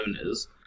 owners